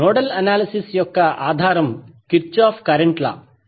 nodal analysis యొక్క ఆధారం Kirchhoff current law KIrchoff's current law